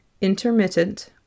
intermittent